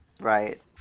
Right